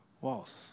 walls